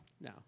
no